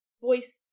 voice